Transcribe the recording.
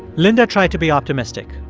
linda tried to be optimistic.